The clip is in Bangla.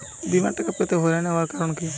বিমার টাকা পেতে হয়রানি হওয়ার কারণ কি?